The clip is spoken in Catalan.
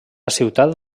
ciutat